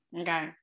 okay